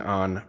on